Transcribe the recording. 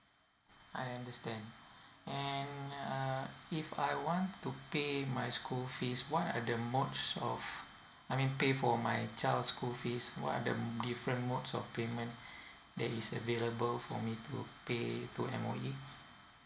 I understand and uh if I want to pay my school fees what are the modes of I mean pay for my child school fees what are the different modes of payment that is available for me to pay to M_O_E